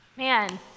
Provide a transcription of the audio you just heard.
Man